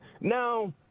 Now